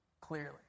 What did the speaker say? clearly